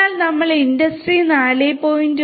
അതിനാൽ നമ്മൾ ഇൻഡസ്ട്രി 4